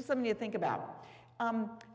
just something you think about